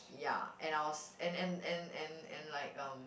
ya and I was and and and and and like um